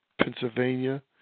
Pennsylvania